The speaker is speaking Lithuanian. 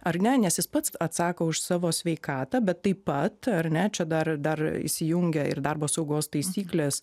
ar ne nes jis pats atsako už savo sveikatą bet taip pat ar ne čia dar dar įsijungia ir darbo saugos taisyklės